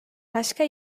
başka